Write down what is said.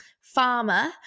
farmer